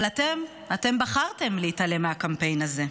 אבל אתם, אתם בחרתם להתעלם מהקמפיין הזה.